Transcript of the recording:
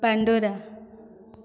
Pandora